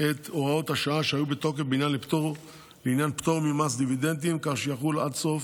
את הוראות השעה שהיו בתוקף לעניין פטור ממס דיבידנדים כך שיחול עד סוף